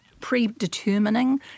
predetermining